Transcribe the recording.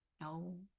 No